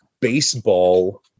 baseball